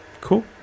cool